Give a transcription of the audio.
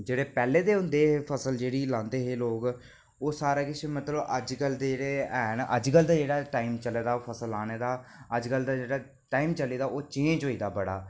जेहड़े पैहलें दे होंदे ऐ फसल जेहड़ी लांदे हे लोक ओह् सारा किश मतलब अज कल दे जेहड़े हैन अजकल दा जेहडा टाइम चला दे ओह् फसल लाने दा अजकल दा जेहड़ा टाइम चले दा ओह् चेंज होई दा बड़ा